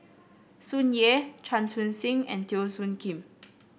Tsung Yeh Chan Chun Sing and Teo Soon Kim